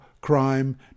crime